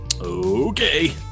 Okay